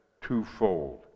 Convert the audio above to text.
twofold